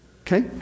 okay